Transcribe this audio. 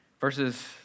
Verses